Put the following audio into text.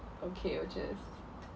okay which is